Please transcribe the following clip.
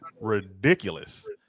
ridiculous